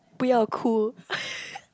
we are cool